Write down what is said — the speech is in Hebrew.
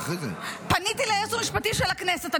פניתי לייעוץ המשפטי של הכנסת.